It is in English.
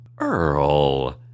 Earl